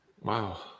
wow